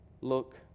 look